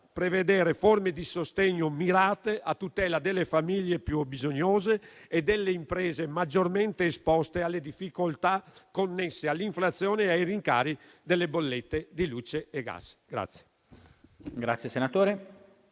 prevedere forme di sostegno mirate a tutela delle famiglie più bisognose e delle imprese maggiormente esposte alle difficoltà connesse all'inflazione e ai rincari delle bollette di luce e gas.